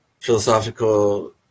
philosophical